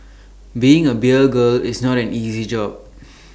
being A beer girl is not an easy job